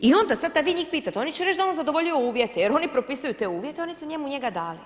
I onda sad kada vi njih pitate, oni će reći da je on zadovoljio uvjete jer oni propisuju te uvjete, oni su njemu njega dali.